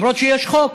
למרות שיש חוק.